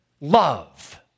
love